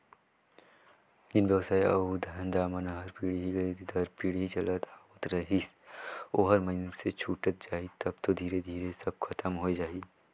जेन बेवसाय अउ धंधा मन हर पीढ़ी दर पीढ़ी चलत आवत रहिस ओहर अइसने छूटत जाही तब तो धीरे धीरे सब खतम होए जाही